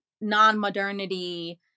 non-modernity